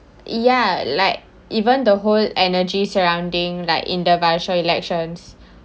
ya like even the whole energy surrounding like in the virtual elections